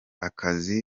akaza